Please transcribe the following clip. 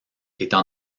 étant